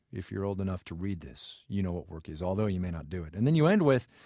if you're old enough to read this, you know what work is, although you may not do it. and then you end with